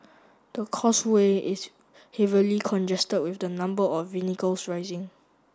the causeway is heavily congested with the number of rising